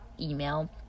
email